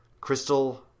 Crystal